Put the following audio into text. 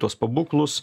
tuos pabūklus